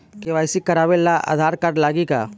KYC करावे ला Aadhaar card लागी का?